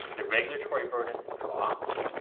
the regulatory burden drops,